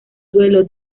duelo